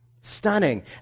Stunning